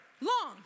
long